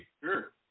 Sure